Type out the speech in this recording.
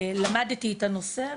למדתי את הנושא,